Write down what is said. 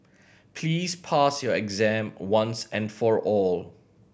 please pass your exam once and for all